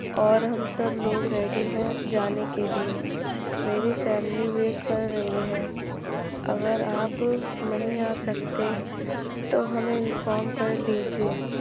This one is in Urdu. اور ہم سب لوگ ریڈی ہیں جانے کے لیے میری فیملی ویٹ کر رہی ہے اگر آپ نہیں آ سکتے تو ہمیں انفارم کر دیجیے